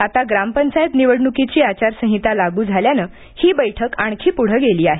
आता ग्रामपंचायत निवडण्कीची आचारसंहिता लाग्र झाल्यानं ही बैठक आणखी पुढे गेली आहे